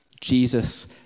Jesus